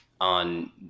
on